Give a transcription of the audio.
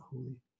holy